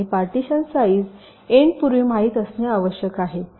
आणि partition size एन्डपूर्वी माहित असणे आवश्यक आहे